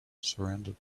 surrounded